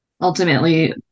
Ultimately